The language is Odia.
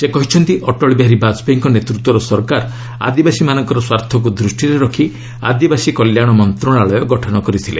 ସେ କହିଛନ୍ତି ଅଟଳ ବିହାରୀ ବାଜପେୟୀଙ୍କ ନେତୃତ୍ୱ ସରକାର ଆଦିବାସୀମାନଙ୍କ ସ୍ୱାର୍ଥକୁ ଦୃଷ୍ଟିରେ ରଖି ଆଦିବାସୀ କଲ୍ୟାଣ ମନ୍ତ୍ରଣାଳୟ ଗଠନ କରିଥିଲେ